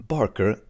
Barker